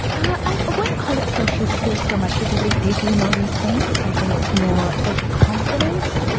i wouldn't call it social skills so much because they they do know these things, i think it's more social confidence.